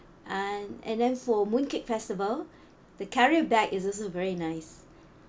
and then for mooncake festival the carrier bag is also very nice